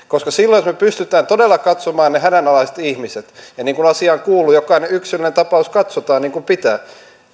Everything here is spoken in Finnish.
koska silloin jos me pystymme todella katsomaan ne hädänalaiset ihmiset ja niin kuin asiaan kuuluu jokainen yksilöllinen tapaus katsotaan niin kuin pitää